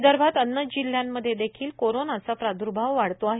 विदर्भात अन्य जिल्ह्यामध्ये देखील कोरोना प्राद्र्भाव वाढतो आहे